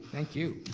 thank you.